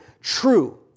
true